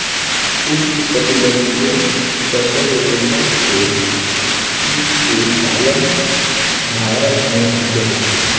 उष्णकटिबंधीय तसर रेशम के कीट के पालन भारत में होखेला